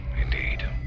Indeed